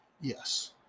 yes